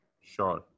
Sure